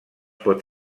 pot